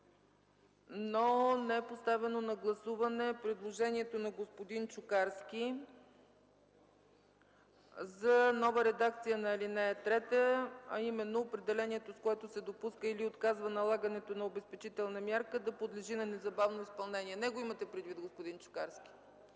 но не е поставено на гласуване предложението на господин Чукарски за нова редакция на ал. 3, а именно: „Определението, с което се допуска или отказва налагането на обезпечителна мярка, подлежи на незабавно изпълнение”. Него имате предвид, господин Чукарски?